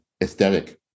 aesthetic